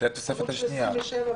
27 ו-28.